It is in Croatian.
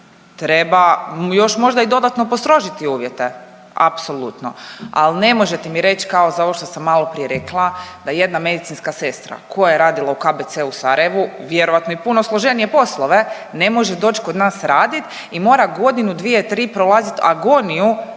treba još možda i dodatno postrožiti uvjete, apsolutno. Ali ne možete mi reći kao za ovo što sam malo prije rekla da jedna medicinska sestra koja je radila u KBC-u u Sarajevu, vjerojatno i puno složenije poslove ne može doći kod nas raditi i mora godinu, dvije, tri prolaziti agoniju